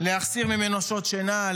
להחסיר ממנו שעות שינה,